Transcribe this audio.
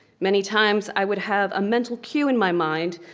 many times, i would have a mental queue in my mind,